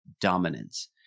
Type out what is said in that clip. dominance